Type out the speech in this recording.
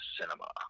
Cinema